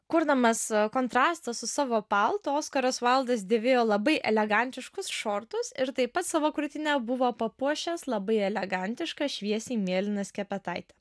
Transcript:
kurdamas kontrastą su savo paltu oskaras vaildas dėvėjo labai elegantiškus šortus ir taip pat savo krūtinę buvo papuošęs labai elegantiška šviesiai mėlyna skepetaite